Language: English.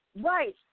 Right